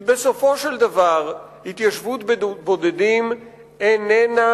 כי בסופו של דבר התיישבות בודדים איננה